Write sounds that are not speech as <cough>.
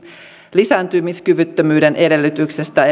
lisääntymiskyvyttömyyden edellytyksestä <unintelligible>